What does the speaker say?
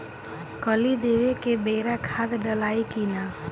कली देवे के बेरा खाद डालाई कि न?